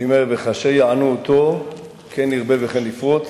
אני אומר, וכאשר יענו אותו כן ירבה וכן יפרוץ.